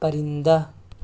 پرندہ